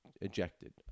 ejected